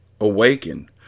Awaken